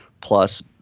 plus